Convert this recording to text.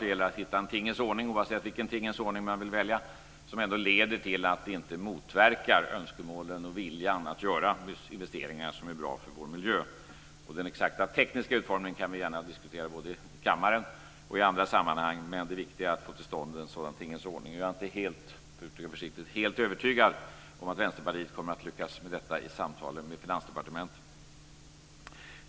Det gäller att hitta en tingens ordning som inte motverkar önskemålen och viljan att göra investeringar som är bra för vår miljö. Den exakta tekniska utformningen kan vi gärna diskutera både i kammaren och i andra sammanhang. Det viktiga är att få till stånd en sådan tingens ordning, och jag är inte helt övertygad, för att uttrycka det försiktigt, om att Vänsterpartiet kommer att lyckas med detta i samtalen med Finansdepartementet.